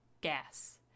gas